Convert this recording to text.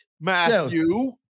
Matthew